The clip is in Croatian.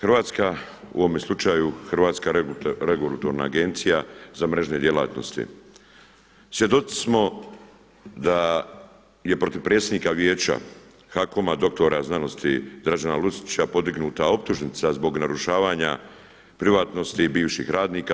Hrvatska u ovome slučaju Hrvatska regulatorna agencija za mrežne djelatnosti svjedoci smo da je protiv predsjednika Vijeća HAKOM-a doktora znanosti Dražena Lucića podignuta optužnica zbog narušavanja privatnosti bivših radnika.